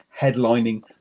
headlining